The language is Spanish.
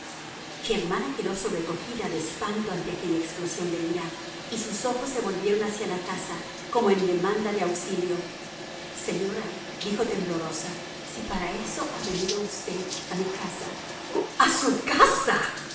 sollozos germana quedó sobrecogida de espanto ante aquella explosión de ira y sus ojos se volvieron hacia la casa como en demanda de auxilio señora dijo temblorosa si para eso ha venido usted a mi casa a su casa